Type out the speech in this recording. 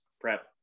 prep